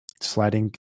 sliding